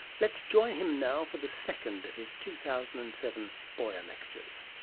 let's join him now, for the second of his two thousand and seven boyer lectures.